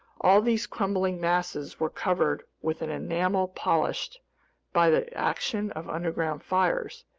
all these crumbling masses were covered with an enamel polished by the action of underground fires,